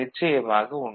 நிச்சயமாக உண்டு